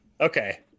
Okay